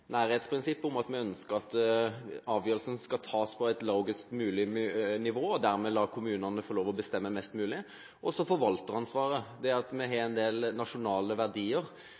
Nærhetsprinsippet, som handler om at vi ønsker at avgjørelsen skal tas på et lavest mulig nivå og dermed lar kommunene få bestemme mest mulig, og forvalteransvaret, som handler om at vi har en del nasjonale verdier